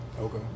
Okay